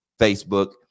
Facebook